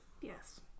Yes